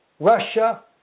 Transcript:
Russia